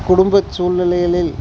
குடும்பச் சூழ்நிலைகளில்